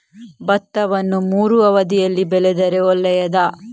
ಭತ್ತವನ್ನು ಮೂರೂ ಅವಧಿಯಲ್ಲಿ ಬೆಳೆದರೆ ಒಳ್ಳೆಯದಾ?